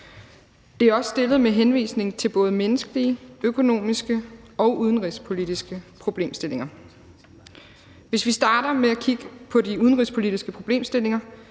Det er også fremsat med henvisning til både de menneskelige, økonomiske og udenrigspolitiske problemstillinger. Hvis vi starter med at kigge på de udenrigspolitiske problemstillinger,